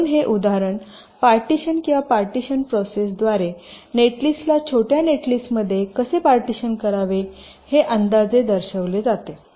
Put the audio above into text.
म्हणून हे उदाहरण पार्टीशन किंवा पार्टीशन प्रोसेसद्वारे नेटलिस्टला छोट्या नेटलिस्टमध्ये कसे पार्टीशन करावे हे अंदाजे दर्शविले जाते